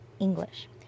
English